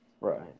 Right